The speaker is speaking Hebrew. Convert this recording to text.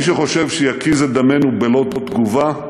מי שחושב שיקיז את דמנו בלא תגובה,